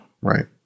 Right